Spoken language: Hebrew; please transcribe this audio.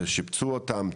שיפצו אותם,